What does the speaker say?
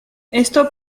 esto